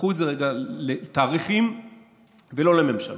קחו את זה רגע לתאריכים ולא לממשלות.